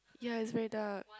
ya it's very dark